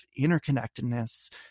interconnectedness